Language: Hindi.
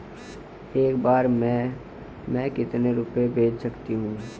एक बार में मैं कितने रुपये भेज सकती हूँ?